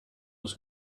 was